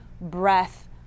breath